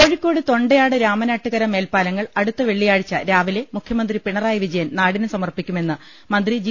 കോഴിക്കോട് തൊണ്ടയാട് രാമനാട്ടുകര മേൽപ്പാലങ്ങൾ അടുത്ത വെള്ളിയാഴ്ച രാവിലെ മുഖ്യമന്ത്രി പിണറായി വിജയൻ നാടിന് സമർപ്പി ക്കുമെന്ന് മന്ത്രി ജി